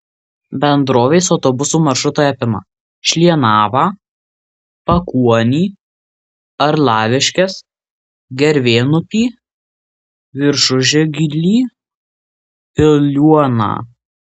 bendrovės autobusų maršrutai apima šlienavą pakuonį arlaviškes gervėnupį viršužiglį piliuoną